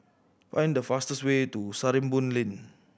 find the fastest way to Sarimbun Lane